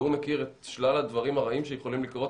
והוא מכיר את שלל הדברים הרעים שיכולים לקרות